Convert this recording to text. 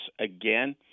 again